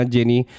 Jenny